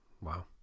Wow